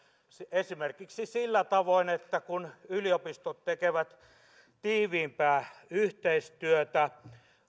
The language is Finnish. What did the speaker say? esimerkiksi sillä tavoin että kun yliopistot tekevät tiiviimpää yhteistyötä